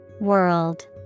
World